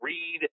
Read